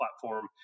platform